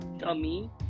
Dummy